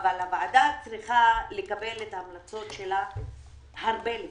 אבל הוועדה צריכה לקבל את ההמלצות שלה הרבה לפני.